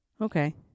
Okay